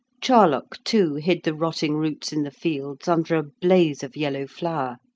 charlock, too, hid the rotting roots in the fields under a blaze of yellow flower.